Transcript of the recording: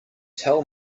tell